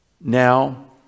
Now